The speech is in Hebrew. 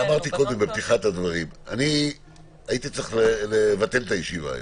אמרתי קודם הייתי צריך לבטל את הישיבה היום.